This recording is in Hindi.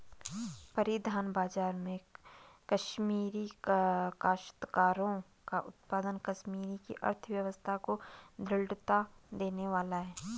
परिधान बाजार में कश्मीरी काश्तकारों का उत्पाद कश्मीर की अर्थव्यवस्था को दृढ़ता देने वाला है